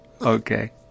Okay